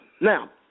Now